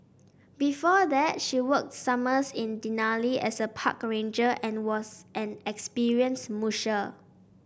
before that she worked summers in Denali as a park ranger and was an experienced musher